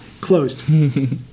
Closed